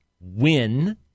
win